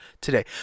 today